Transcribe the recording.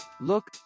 look